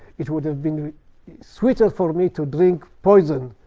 it would have been sweeter for me to drink poison.